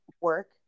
work